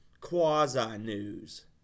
quasi-news